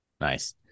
Nice